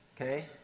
Okay